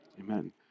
Amen